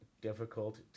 difficult